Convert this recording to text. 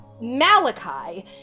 Malachi